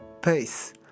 pace